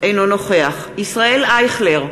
אינו נוכח ישראל אייכלר,